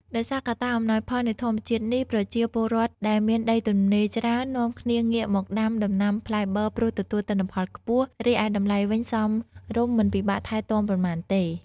ដោយសារកត្តាអំណោយផលនៃធម្មជាតិនេះប្រជាពលរដ្ឋដែលមានដីទំនេរច្រើននាំគ្នាងាកមកដាំដំណាំផ្លែប័រ ព្រោះទទួលទិន្នផលខ្ពស់ រីឯតម្លៃវិញសមរម្យមិនពិបាកថែទាំប៉ុន្មានទេ។